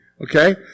okay